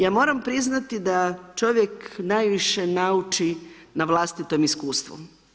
Ja moram priznati da čovjek najviše nauči na vlastitom iskustvu.